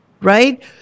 Right